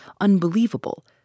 unbelievable